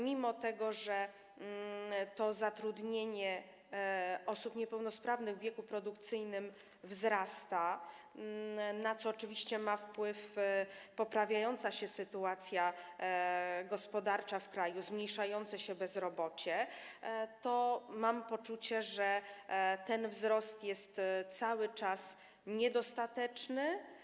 Mimo, że zatrudnienie osób niepełnosprawnych w wieku produkcyjnym wzrasta, na co oczywiście mają wpływ poprawiająca się sytuacja gospodarcza w kraju, zmniejszające się bezrobocie, to mam poczucie, że ten wzrost jest cały czas niedostateczny.